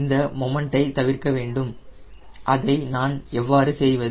இந்த மொமன்டை தவிர்க்க வேண்டும் அதை நான் எவ்வாறு செய்வது